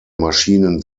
maschinen